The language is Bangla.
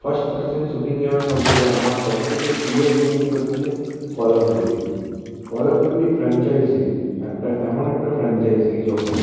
ফার্স্ট পার্সেন শুটিং গেমের মধ্যে আমার সব থেকে প্রিয় গেমটি হচ্ছে Call of Duty Call of Duty franchise একটা এমন একটা ফ্র্যাঞ্চাইজি যখন